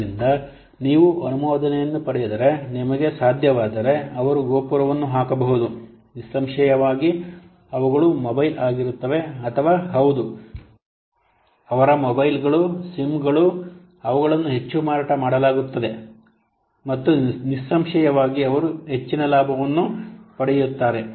ಆದ್ದರಿಂದ ನೀವು ಅನುಮೋದನೆಯನ್ನು ಪಡೆದರೆ ನಿಮಗೆ ಸಾಧ್ಯವಾದರೆ ಅವರು ಗೋಪುರವನ್ನು ಹಾಕಬಹುದು ನಿಸ್ಸಂಶಯವಾಗಿ ಅವುಗಳು ಮೊಬೈಲ್ ಆಗಿರುತ್ತವೆ ಅಥವಾ ಹೌದು ಅವರ ಮೊಬೈಲ್ಗಳು ಸಿಮ್ಗಳು ಅವುಗಳನ್ನು ಹೆಚ್ಚು ಮಾರಾಟ ಮಾಡಲಾಗುತ್ತದೆ ಮತ್ತು ನಿಸ್ಸಂಶಯವಾಗಿ ಅವರು ಹೆಚ್ಚಿನ ಲಾಭವನ್ನು ಪಡೆಯುತ್ತಾರೆ